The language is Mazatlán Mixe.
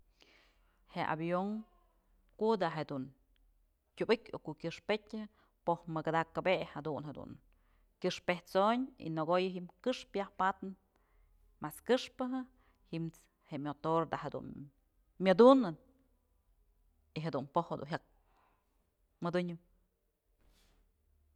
Je'e avion ku'u da'a jedun tyubëkyë o ko'o kyëxpetyë po'oj mëkëdakëp je'e jadun jedun kyëxpët'soyn y nëkoyë ji'im këxpë yaj patnë mas këxpëjë ji'ims je'e myotor da'a jedun myëdunë y jadunpoj dun jyak maduyn.